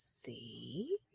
See